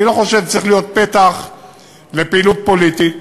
אני לא חושב שצריך להיות פתח לפעילות פוליטית.